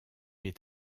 est